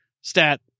stat